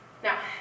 Now